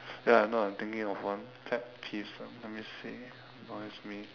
ya no I'm thinking of one pet peeves ah let me see annoys me